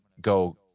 go